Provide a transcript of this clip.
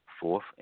Fourth